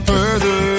further